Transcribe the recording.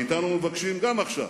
מאתנו מבקשים גם עכשיו,